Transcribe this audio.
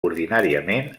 ordinàriament